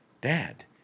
Dad